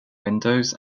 windows